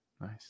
Nice